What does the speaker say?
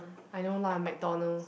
I know lah McDonald